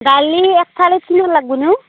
দালি এক থালিত কিমান লাগবু নো